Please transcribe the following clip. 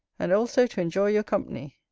and also to enjoy your company.